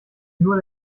nur